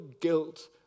guilt